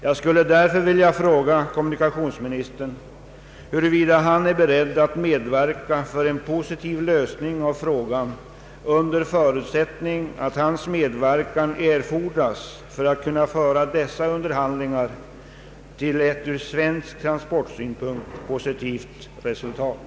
Jag skulle därför vilja fråga kommunikationsministern huruvida han är beredd att hjälpa till för att åstadkomma en positiv lösning av frågan, under förutsättning att hans medverkan är erforderlig för att man skall kunna föra dessa underhandlingar till ett från svensk transportsynpunkt positivt resultat.